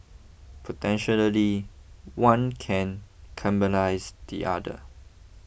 potentially one can cannibalise the other